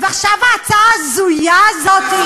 ועכשיו ההצעה ההזויה הזאת,